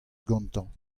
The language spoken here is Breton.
gantañ